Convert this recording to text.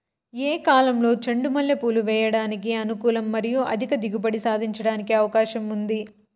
ఏ కాలంలో చెండు మల్లె పూలు వేయడానికి అనుకూలం మరియు అధిక దిగుబడి సాధించడానికి అవకాశం ఉంది?